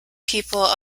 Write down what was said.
people